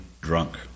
drunk